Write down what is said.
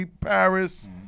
Paris